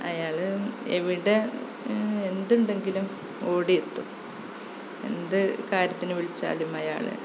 അയാൾ എവിടെ എന്തുണ്ടെങ്കിലും ഓടിയെത്തും എന്ത് കാര്യത്തിന് വിളിച്ചാലും അയാൾ